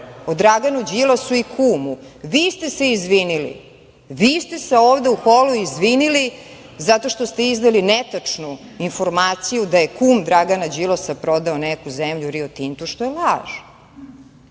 o Draganu Đilasu i kumu. Vi ste se izvinili, vi ste se ovde u holu izvinili zato što ste izneli netačnu informaciju da je kum Dragana Đilasa prodao neku zemlju „Rio Tintu“, što je laž.